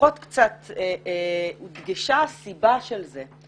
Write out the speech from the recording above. קצת פחות הודגשה הסיבה של זה,